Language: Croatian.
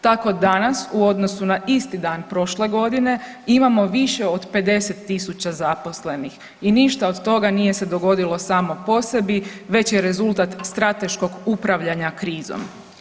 Tako danas u odnosu na isti dan prošle godine imamo više od 50.000 zaposlenik i ništa od toga nije se dogodilo samo po sebi već je rezultat strateškog upravljanja krizom.